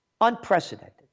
Unprecedented